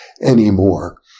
anymore